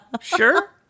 sure